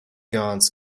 guards